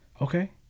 okay